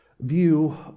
view